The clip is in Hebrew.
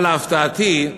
אבל להפתעתי,